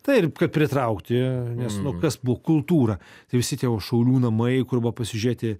taip kad pritraukti nes nu kas buvo kultūra tai visi tie o šaulių namai kur buvo pasižiūrėti